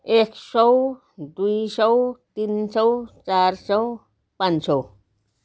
एक सय दुई सय तिन सय चार सय पाँच सय